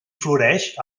floreix